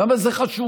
למה זה חשוב?